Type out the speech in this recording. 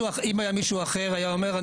אם מישהו אחר היה אומר,